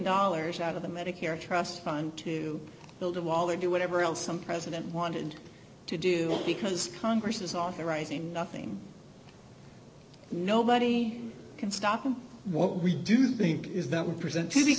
dollars out of the medicare trust fund to build a wall or do whatever else some president wanted to do because congress is authorizing nothing nobody can stop them what we do think is that we present to